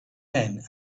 men